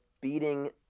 beating